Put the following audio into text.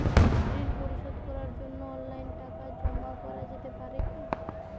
ঋন পরিশোধ করার জন্য অনলাইন টাকা জমা করা যেতে পারে কি?